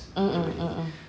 mmhmm mmhmm